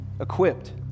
equipped